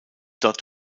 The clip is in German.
dort